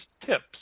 tips